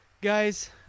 Guys